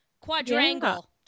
Quadrangle